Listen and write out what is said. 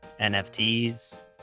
NFTs